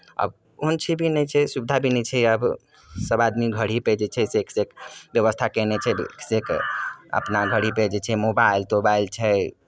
आब ओहन छै भी नहि छै सुविधा भी नहि छै आब सभ आदमी घरहिँपर जे छै एकसँ एक व्यवस्था केने छै एकसँ एक अपना घरहिँपर जे छै मोबाइल तोबाइल छै